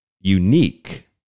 unique